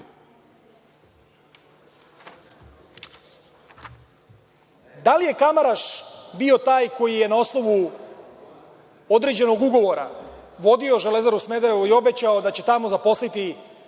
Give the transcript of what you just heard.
li je Kamaraš bio taj koji je na osnovu određenog ugovora vodio „Železaru“ Smederevo i obećao da će tamo zaposliti